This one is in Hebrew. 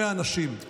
100 אנשים,